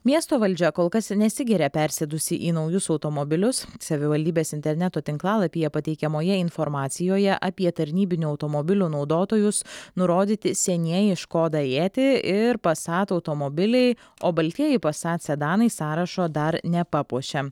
miesto valdžia kol kas nesigiria persėdusi į naujus automobilius savivaldybės interneto tinklalapyje pateikiamoje informacijoje apie tarnybinių automobilių naudotojus nurodyti senieji škoda ieti ir pasat automobiliai o baltieji pasat sedanai sąrašo dar nepapuošė